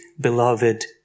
beloved